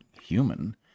human